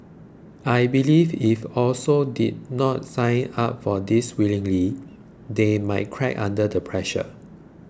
I believe if also did not sign up for this willingly they might crack under the pressure